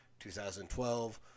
2012